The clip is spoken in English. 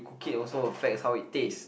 cook it also affects how it taste